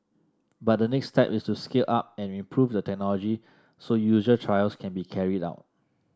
but the next step is to scale up and improve the technology so user trials can be carried out